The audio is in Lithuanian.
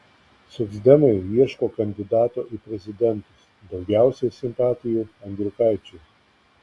socdemai ieško kandidato į prezidentus daugiausiai simpatijų andriukaičiui